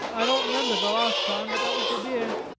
i don't remember the last time but that was the beer.